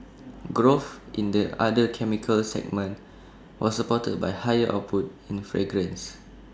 growth in the other chemicals segment was supported by higher output in fragrances